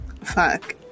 fuck